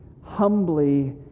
humbly